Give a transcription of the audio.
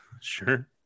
Sure